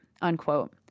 unquote